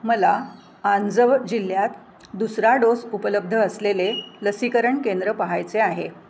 मला आंजव जिल्ह्यात दुसरा डोस उपलब्ध असलेले लसीकरण केंद्र पाहायचे आहे